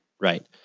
Right